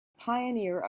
pioneer